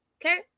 Okay